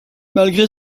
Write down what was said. malgré